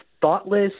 thoughtless